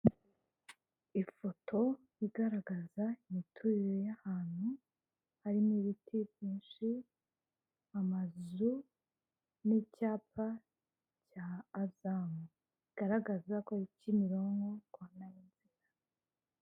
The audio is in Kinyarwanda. Ifoto igaragaza imiturire y'ahantu harimo ibiti byinshi amazu n'icyapa cya azamu bigaragaza ko ari kimironko.